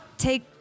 take